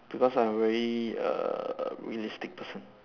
because I'm a very err err realistic person